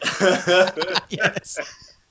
Yes